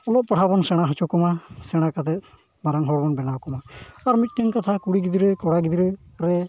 ᱚᱞᱚᱜ ᱯᱟᱲᱦᱟᱣ ᱵᱚᱱ ᱥᱮᱬᱟ ᱦᱚᱪᱚ ᱠᱚᱢᱟ ᱥᱮᱲᱟ ᱠᱟᱛᱮᱫ ᱢᱟᱨᱟᱝ ᱦᱚᱲᱵᱚᱱ ᱵᱮᱱᱟᱣ ᱠᱚᱢᱟ ᱟᱨ ᱢᱤᱫᱴᱮᱱ ᱠᱟᱛᱷᱟ ᱠᱩᱲᱤ ᱜᱤᱫᱽᱨᱟᱹ ᱠᱚᱲᱟ ᱜᱤᱫᱽᱨᱟᱹ ᱨᱮ